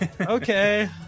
Okay